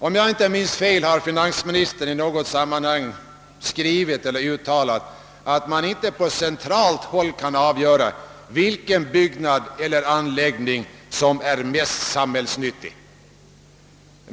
Om jag inte minns fel har finansministern i något sammanhang skrivit eller uttalat att man inte på centralt håll kan avgöra vilken byggnad eller anläggning som är mest samhällsnyttig.